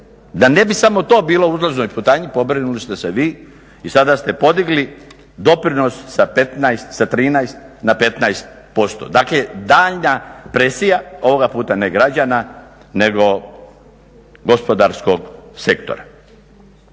Da ne bi samo to bilo po uzlaznoj putanji, pobrinuli ste se vi i sada ste podigli doprinos sa 13 na 15%, dakle daljnja presija, ovoga puta ne građana, nego gospodarskog sektora.